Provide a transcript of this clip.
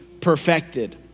perfected